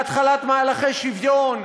להתחלת מהלכי שוויון,